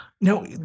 Now